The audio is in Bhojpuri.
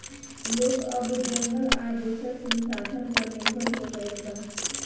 लोग अब जंगल आ दोसर संसाधन पर निर्भर हो गईल बा